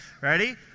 Ready